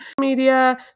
media